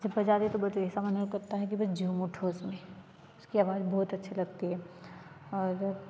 जब बजाते हैं तो ऐसा मन करता है कि बस झूम उठूँ उसमें उसकी आवाज़ बहुत अच्छी लगती है और